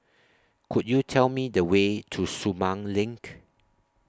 Could YOU Tell Me The Way to Sumang LINK